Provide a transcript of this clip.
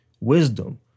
wisdom